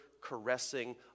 caressing